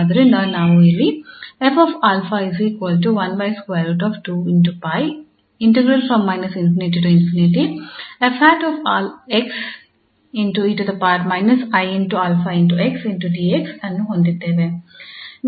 ಆದ್ದರಿಂದ ನಾವು ಇಲ್ಲಿ ಅನ್ನು ಹೊಂದಿದ್ದೇವೆ